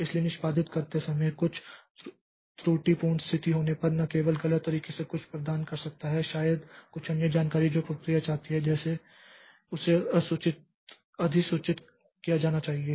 इसलिए निष्पादित करते समय कुछ त्रुटिपूर्ण स्थिति होने पर न केवल गलत तरीके से कुछ प्रदान कर सकता है शायद कुछ अन्य जानकारी जो प्रक्रिया चाहती है कि उसे अधिसूचित किया जाना चाहिए